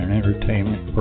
entertainment